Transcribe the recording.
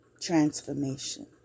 transformation